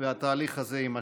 והתהליך הזה יימשך.